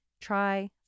Try